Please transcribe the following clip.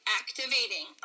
activating